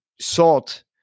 salt